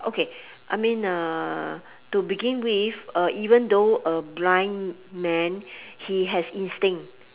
okay I mean uh to begin with uh even though a blind man he has instinct